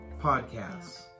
podcasts